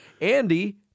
Andy